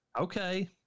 Okay